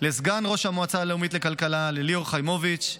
לסגן ראש המועצה הלאומית לכלכלה, ליאור חיימוביץ,